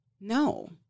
No